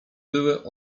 były